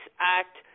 act